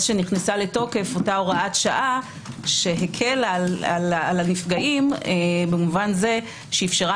נכנסה לתוקף אותה הוראת שעה שהקלה על הנפגעים במובן זה שאפשרה